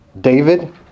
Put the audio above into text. David